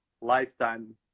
lifetime